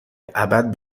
ابد